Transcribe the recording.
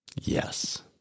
Yes